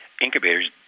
incubators